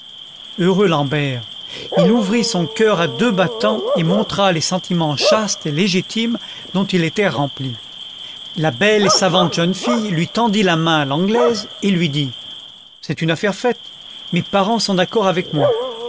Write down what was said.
heureux l'ambert il ouvrit son cœur à deux battants et montra les sentiments chastes et légitimes dont il était rempli la belle et savante jeune fille lui tendit la main à l'anglaise et lui dit content from google book search generated at c'est une affaire faite mes parents sont d'accord avec moi